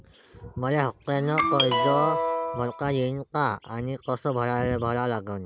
मले हफ्त्यानं कर्ज भरता येईन का आनी कस भरा लागन?